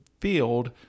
field